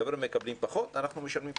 החבר'ה מקבלים פחות ואנחנו משלמים פחות.